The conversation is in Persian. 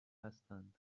هستند